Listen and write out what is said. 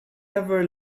ever